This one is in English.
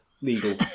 legal